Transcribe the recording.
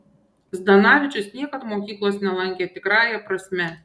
zdanavičius niekad mokyklos nelankė tikrąja prasme